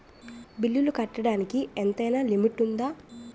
బిల్లులు కట్టడానికి ఎంతైనా లిమిట్ఉందా?